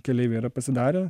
keleiviai yra pasidarę